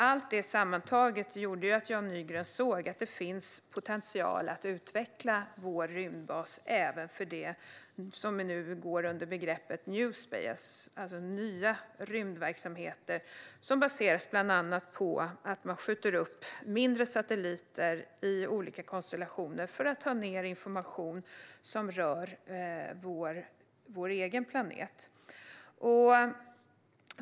Allt detta sammantaget gjorde att Jan Nygren såg att det finns potential att utveckla vår rymdbas även när det gäller det som går under begreppet "new space", alltså nya rymdverksamheter som bland annat baseras på att man skjuter upp mindre satelliter i olika konstellationer för att ta ned information som rör vår egen planet.